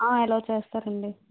allow చేస్తారండి